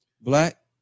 black